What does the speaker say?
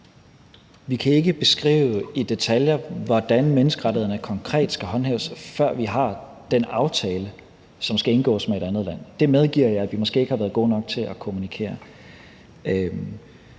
Vi kan ikke beskrive i detaljer, hvordan menneskerettighederne konkret skal håndhæves, før vi har den aftale, som skal indgås med et andet land. Det medgiver jeg at vi måske ikke har været gode nok til at kommunikere.